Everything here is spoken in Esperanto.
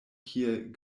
kiel